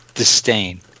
Disdain